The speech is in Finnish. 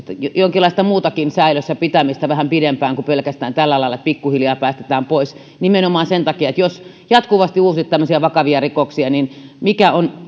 jonkinlaista muutakin säilössä pitämistä vähän pidempään kuin että pelkästään tällä lailla pikkuhiljaa päästetään pois nimenomaan sen takia että jos jatkuvasti uusii tämmöisiä vakavia rikoksia niin mikä on